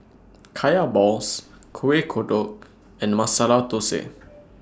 Kaya Balls Kuih Kodok and Masala Thosai